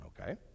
Okay